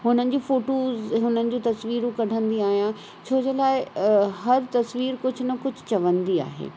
हुननि जी फोटूज़ हुननि जी तस्वीरूं कढंदी आहियां छोजे लाइ हर तस्वीरु कुझ न कुझु चवंदी आहे